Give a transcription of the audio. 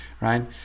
right